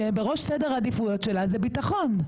שבראש סדר העדיפויות שלה יש ביטחון.